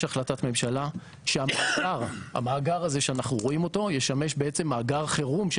יש החלטת ממשלה שהמאגר הזה שאנחנו רואים אותו ישמש בעצם מאגר חירום של